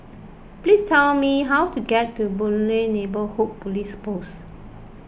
please tell me how to get to Boon Lay Neighbourhood Police Post